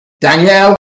danielle